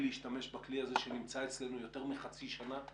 להשתמש בכלי הזה שנמצא אצלנו יותר מחצי שנה,